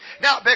Now